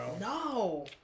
No